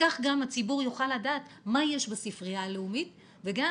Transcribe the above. כך גם הציבור יוכל לדעת מה יש בספרייה הלאומית וגם,